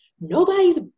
nobody's